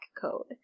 code